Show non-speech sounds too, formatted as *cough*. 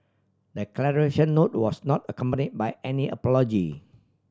the *unintelligible* note was not accompany by any apology